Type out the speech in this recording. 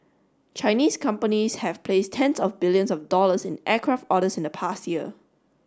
Chinese companies have placed tens of billions of dollars in aircraft orders in the past year